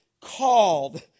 Called